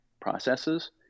processes